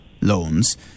loans